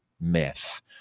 myth